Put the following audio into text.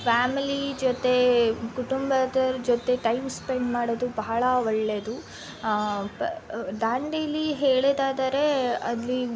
family ಜೊತೆ ಕುಟುಂಬದವರ ಜೊತೆ ಟೈಮ್ ಸ್ಪೆಂಡ್ ಮಾಡೋದು ಬಹಳ ಒಳ್ಳೇದು ಪ ದಾಂಡೇಲಿ ಹೇಳೋದಾದರೆ ಅಲ್ಲಿ